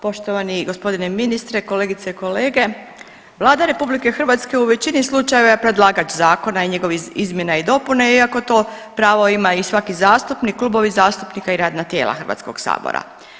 Poštovani gospodine ministre, kolegice i kolege, Vlada RH u većini slučajeva je predlagač zakona i njegovih izmjena i dopuna iako to pravo ima i svaki zastupnik, klubovi zastupnika i radna tijela Hrvatskog sabora.